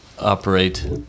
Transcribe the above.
operate